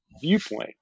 viewpoint